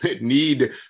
need